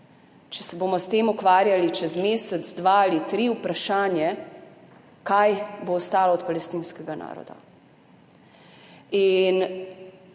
Če se bomo s tem ukvarjali čez mesec, dva ali tri, vprašanje, kaj bo ostalo od palestinskega naroda.